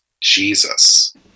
Jesus